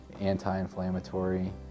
anti-inflammatory